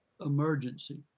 emergency